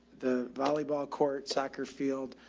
the volleyball court, soccer field,